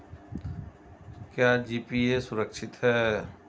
क्या जी.पी.ए सुरक्षित है?